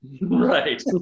Right